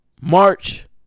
March